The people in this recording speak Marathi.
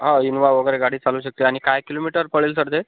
हो इन्वा वगैरे गाडी चालू शकते आणि काय किलोमीटर पडेल सर ते